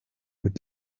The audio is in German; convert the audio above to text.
mit